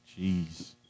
Jeez